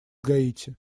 гаити